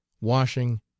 washing